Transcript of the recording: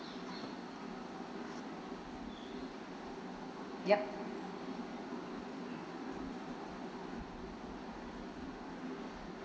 yup